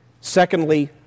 Secondly